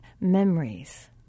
memories